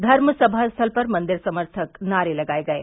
धर्म समा स्थल पर मंदिर समर्थक नारे लगाये गये